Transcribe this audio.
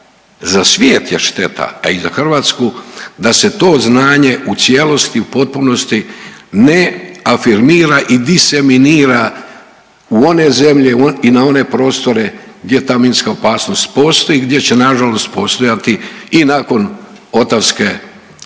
za svijet je šteta, a i za Hrvatsku da se to znanje u cijelosti, u potpunosti ne afirmira i diseminira u one zemlje i na one prostore gdje ta minska opasnost postoji, gdje će na žalost postojati i nakon Otavske